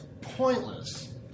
pointless